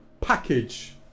package